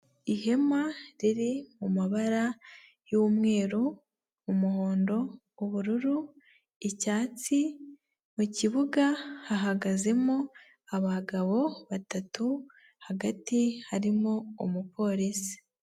Ihema riri mu mabara y'umweru umuhondo ubururu icyatsi mu kibuga hahagazemo abagabo batatu hagati harimo umupolisi.